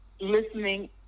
listening